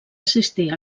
assistir